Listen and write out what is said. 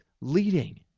leading